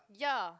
ya